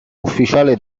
ufficiale